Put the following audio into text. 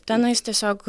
tenais tiesiog